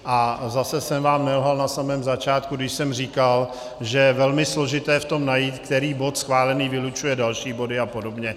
A zase jsem vám nelhal na samém začátku, když jsem říkal, že je velmi složité v tom najít, který bod schválený vylučuje další body a podobně.